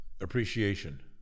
appreciation